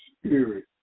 spirit